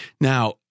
Now